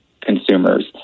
consumers